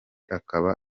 akaba